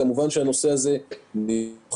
כמובן שהנושא הזה נבחן,